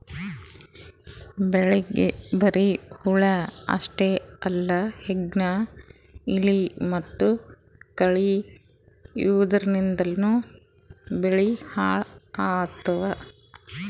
ಬೆಳಿಗ್ ಬರಿ ಹುಳ ಅಷ್ಟೇ ಅಲ್ಲ ಹೆಗ್ಗಣ, ಇಲಿ ಮತ್ತ್ ಕಳಿ ಇವದ್ರಿಂದನೂ ಬೆಳಿ ಹಾಳ್ ಆತವ್